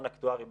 גירעון אקטוארי,